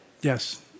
Yes